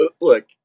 look